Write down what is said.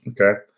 Okay